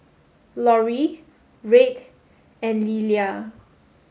Lori Red and Lillia